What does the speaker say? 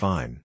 Fine